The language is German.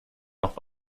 noch